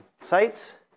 sites